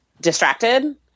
distracted